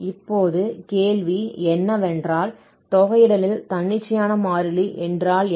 இப்போது கேள்வி என்னவென்றால் தொகையிடலில் தன்னிச்சையான மாறிலி என்றால் என்ன